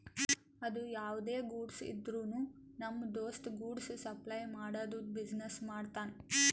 ಅದು ಯಾವ್ದೇ ಗೂಡ್ಸ್ ಇದ್ರುನು ನಮ್ ದೋಸ್ತ ಗೂಡ್ಸ್ ಸಪ್ಲೈ ಮಾಡದು ಬಿಸಿನೆಸ್ ಮಾಡ್ತಾನ್